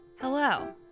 Hello